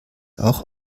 auch